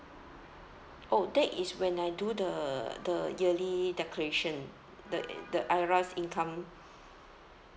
oh that is when I do the the yearly declaration the the IRAS income